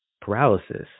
paralysis